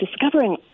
discovering